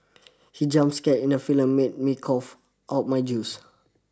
he jump scare in the film made me cough out my juice